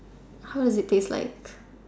how is it taste like